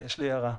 יש לי הערה.